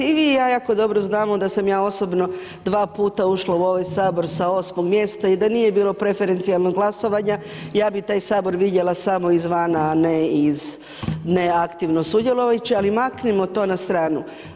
I vi i ja jako dobro znamo da sam ja osobno dva puta ušla u ovaj Sabor sa… [[Govornik se ne razumije]] mjesta i da nije bilo preferencionalnog glasovanja, ja bi taj Sabor vidjela samo izvana, a ne i iz, neaktivno sudjelovajuć, ali maknimo to na stranu.